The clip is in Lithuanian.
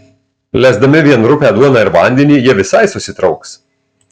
lesdami vien rupią duoną ir vandenį jie visai susitrauks